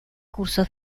cursos